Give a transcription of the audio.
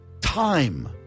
time